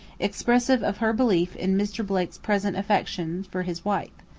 expressive of her belief in mr. blake's present affection for his wife.